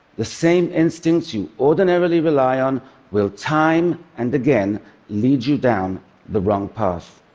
the same instincts you ordinarily rely on will time and again lead you down the wrong path.